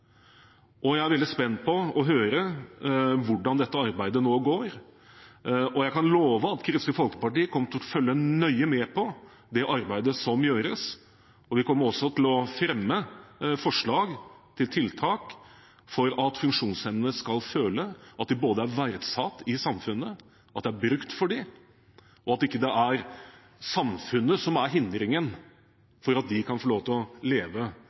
Jeg er veldig spent på å høre hvordan dette arbeidet nå går. Jeg kan love at Kristelig Folkeparti kommer til å følge nøye med på arbeidet som gjøres, og vi kommer også til å fremme forslag til tiltak for at funksjonshemmede skal føle både at de er verdsatt i samfunnet, at det er bruk for dem, og at det ikke er samfunnet som er hindringen for at de kan få lov til å leve